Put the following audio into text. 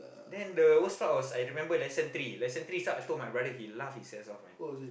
then the worst part was I remember lesson three lesson three start I told my brother he laugh his ass off man